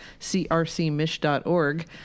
crcmish.org